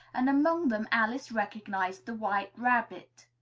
and among them alice recognized the white rabbit.